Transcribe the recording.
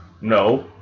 no